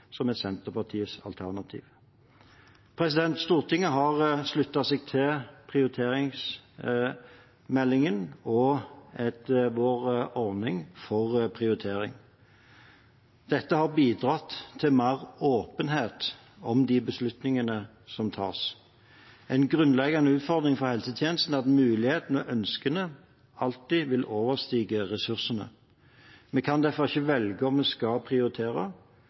som er Senterpartiets alternativ. Stortinget har sluttet seg til prioriteringsmeldingen og vår ordning for prioritering. Dette har bidratt til mer åpenhet om de beslutningene som tas. En grunnleggende utfordring for helsetjenestene er at mulighetene og ønskene alltid vil overstige ressursene. Vi kan derfor ikke velge om vi skal prioritere